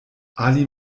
ali